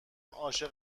عاشق